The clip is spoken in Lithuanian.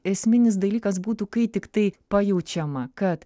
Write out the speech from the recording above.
esminis dalykas būtų kai tiktai pajaučiama kad